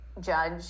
judge